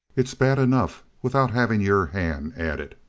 it's bad enough without having your hand added.